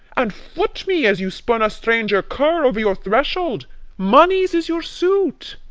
and foot me as you spurn a stranger cur over your threshold moneys is your suit.